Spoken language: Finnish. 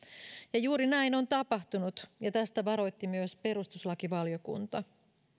juuri näin on tapahtunut ja tästä varoitti myös perustuslakivaliokunta